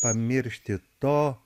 pamiršti to